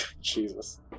jesus